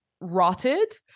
rotted